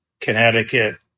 Connecticut